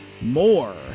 more